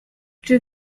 czy